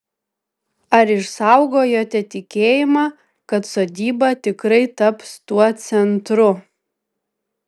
ar išsaugojote tikėjimą kad sodyba tikrai taps tuo centru